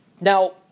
Now